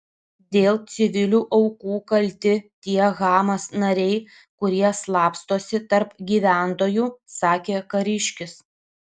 dėl civilių aukų kalti tie hamas nariai kurie slapstosi tarp gyventojų sakė kariškis